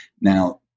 Now